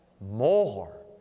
more